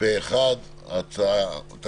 הצבעה בעד הצו פה אחד הצו אושר.